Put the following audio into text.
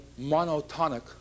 monotonic